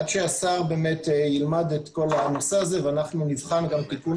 עד שהשר ילמד את כל הנושא הזה ואנחנו נבחן גם תיקון